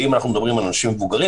ואם אנחנו מדברים על אנשים מבוגרים,